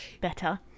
better